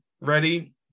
ready